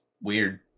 weird